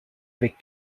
avec